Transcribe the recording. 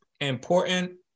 important